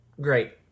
Great